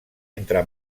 entre